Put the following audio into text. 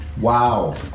Wow